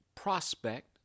Prospect